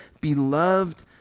beloved